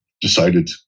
decided